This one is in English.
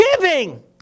giving